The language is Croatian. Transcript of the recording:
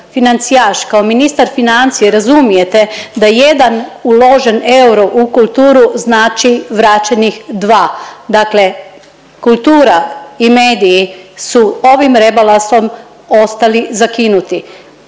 financijaš, kao ministar financija razumijete da jedan uložen euro uložen u kulturu znači vraćenih 2, dakle kultura i mediji su ovim rebalansom ostali zakinuti.